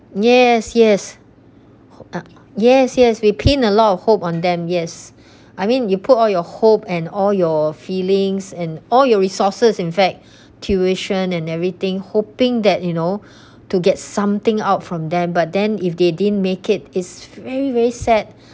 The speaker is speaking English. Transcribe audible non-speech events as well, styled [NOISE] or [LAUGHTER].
yes yes ho~ uh yes yes we pin a lot of hope on them yes [BREATH] I mean you put all your hope and all your feelings and all your resources in fact [BREATH] tuition and everything hoping that you know to get something out from them but then if they didn't make it's very very sad